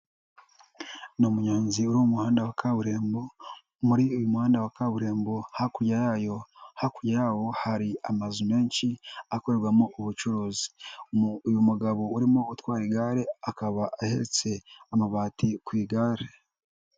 Ni munyonzi uri umuhanda wa kaburimbo, muri uyu muhanda wa kaburimbo hakurya yawo hari amazu menshi akorerwamo ubucuruzi, uyu mugabo urimo utwara igare, akaba ahetse amabati ku igare.